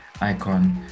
icon